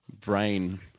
brain